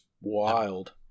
wild